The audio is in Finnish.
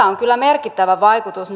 on kyllä merkittävä vaikutus